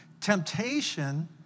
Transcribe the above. temptation